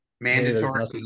mandatory